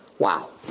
Wow